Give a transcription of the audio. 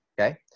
Okay